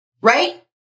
Right